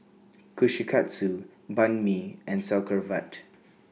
Kushikatsu Banh MI and Sauerkraut